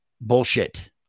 bullshit